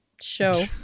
show